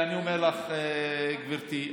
אני אומר לך, גברתי.